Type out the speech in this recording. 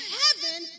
heaven